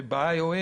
וב-IOS,